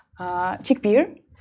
chickpea